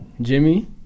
Jimmy